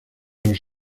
los